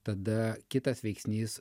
tada kitas veiksnys